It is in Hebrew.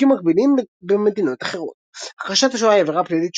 חוקים מקבילים במדינות אחרות הכחשת השואה היא עבירה פלילית,